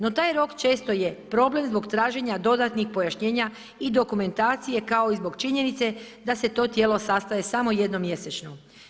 No taj rok često je problem zbog traženja dodatnih pojašnjenja i dokumentacije kao i zbog činjenice da se to tijelo sastaje samo jednom mjesečno.